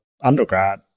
undergrad